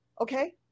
Okay